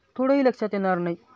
थोडंही लक्षात येणार नाही